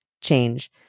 change